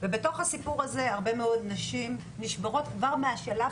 בתוך הסיפור הזה הרבה מאוד נשים נשברות כבר משלב